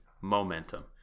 Momentum